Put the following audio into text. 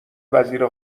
وزیر